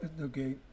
Okay